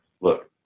look